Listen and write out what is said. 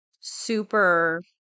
super